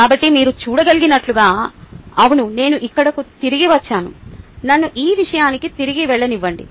కాబట్టి మీరు చూడగలిగినట్లుగా అవును నేను ఇక్కడకు తిరిగి వచ్చాను నన్ను ఈ విషయానికి తిరిగి వెళ్ళనివ్వండి